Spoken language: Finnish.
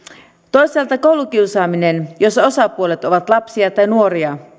toisaalta koulukiusaaminen jos osapuolet ovat lapsia tai nuoria